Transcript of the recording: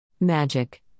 Magic